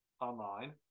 online